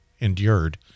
endured